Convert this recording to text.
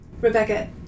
Rebecca